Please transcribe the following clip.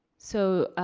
so,